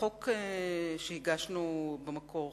החוק שהגשנו במקור,